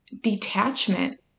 detachment